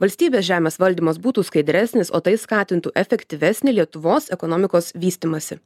valstybės žemės valdymas būtų skaidresnis o tai skatintų efektyvesnį lietuvos ekonomikos vystymąsi